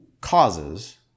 causes